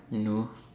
no